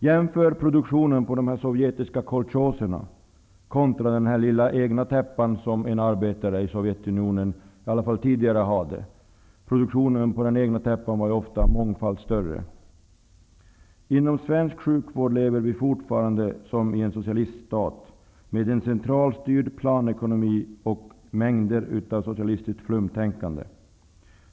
Jämför produktionen på de sovjetiska kolchoserna contra den lilla egna täppan som en arbetare i Sovjetunionen, i varje fall tidigare, hade. Produktionen på den egna täppan var ofta mångfalt större. Inom svensk sjukvård lever vi fortfarande som i en socialiststat, med en centralstyrd planekonomi och mängder av socialistiskt flumtänkande.